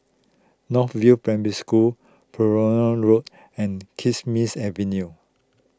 North View Primary School Balmoral Road and Kismis Avenue